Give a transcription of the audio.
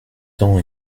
temps